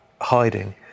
hiding